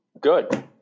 Good